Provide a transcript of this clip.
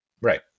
Right